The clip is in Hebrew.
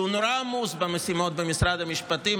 שהוא נורא עמוס במשימות במשרד המשפטים,